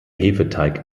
hefeteig